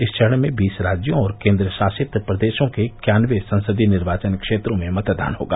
इस चरण में बीस राज्यों और केंद्रशासित प्रदेशों के इक्यानबे संसदीय निर्वाचन क्षेत्रों में मतदान होगा